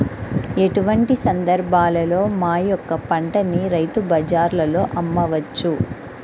ఎటువంటి సందర్బాలలో మా యొక్క పంటని రైతు బజార్లలో అమ్మవచ్చు?